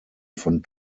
von